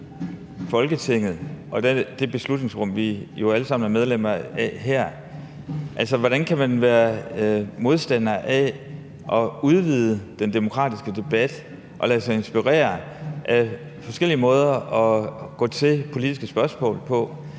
Folketinget og til det beslutningsrum, vi jo alle sammen er medlemmer af her. Hvordan kan man være modstander af at udvide den demokratiske debat og af at lade sig inspirere af forskellige måder at gå til politiske spørgsmål på?